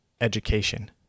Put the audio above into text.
education